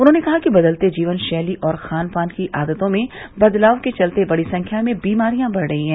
उन्होंने कहा कि बदलते जीवन शैली और खान पान की आदतों में बदलाव के चलते बड़ी संख्या में बीमारियां बढ़ रही है